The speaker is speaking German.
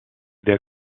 der